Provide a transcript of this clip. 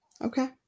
Okay